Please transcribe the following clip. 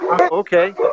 Okay